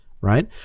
Right